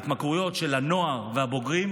ההתמכרויות של הנוער והבוגרים,